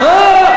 אחת.